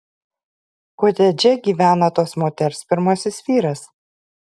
kotedže gyvena tos moters pirmasis vyras